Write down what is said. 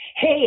Hey